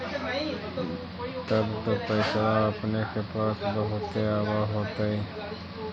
तब तो पैसबा अपने के पास बहुते आब होतय?